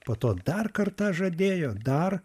po to dar kartą žadėjo dar